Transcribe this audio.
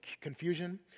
confusion